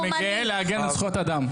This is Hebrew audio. אני גאה להגן על זכויות אדם.